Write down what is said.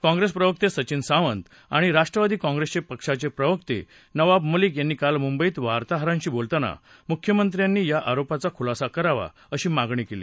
काँप्रेस प्रवक्ते सचिन सावंत आणि राष्ट्रवादी काँप्रेस पक्षाचे प्रवक्ते नवाब मलिक यांनी काल मुंबईत वार्ताहरांशी बोलताना मुख्यमंत्र्यांनी या आरोपाचा खुलासा करावा अशी मागणी केली